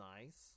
nice